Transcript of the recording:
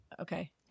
Okay